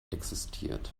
existiert